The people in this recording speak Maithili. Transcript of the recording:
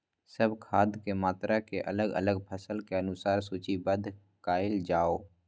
सब खाद के मात्रा के अलग अलग फसल के अनुसार सूचीबद्ध कायल जाओ?